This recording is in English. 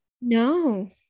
No